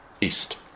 east